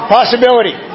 Possibility